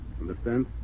Understand